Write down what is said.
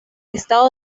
estado